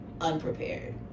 unprepared